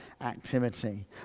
activity